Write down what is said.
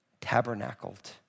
tabernacled